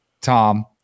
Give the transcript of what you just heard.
Tom